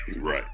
Right